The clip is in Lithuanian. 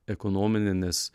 ekonominė nes